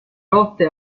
rotte